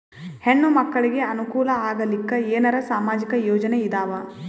ಹೆಣ್ಣು ಮಕ್ಕಳಿಗೆ ಅನುಕೂಲ ಆಗಲಿಕ್ಕ ಏನರ ಸಾಮಾಜಿಕ ಯೋಜನೆ ಇದಾವ?